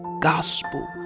gospel